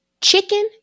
chicken